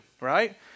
right